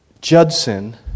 Judson